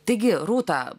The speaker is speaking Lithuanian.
taigi rūta